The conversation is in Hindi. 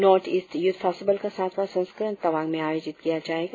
नोर्थ ईस्ट युथ फेस्टिबल का सातवां संस्करण तवांग में आयोजित किया जाएगा